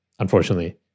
Unfortunately